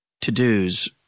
to-dos